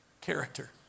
character